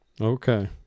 Okay